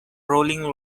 rolling